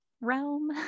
realm